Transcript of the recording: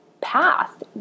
path